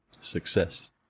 Success